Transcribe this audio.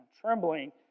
trembling